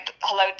hello